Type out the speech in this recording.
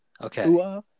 Okay